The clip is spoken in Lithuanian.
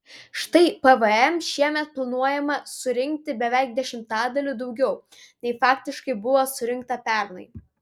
štai pvm šiemet planuojama surinkti beveik dešimtadaliu daugiau nei faktiškai buvo surinkta pernai